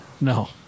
No